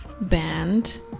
band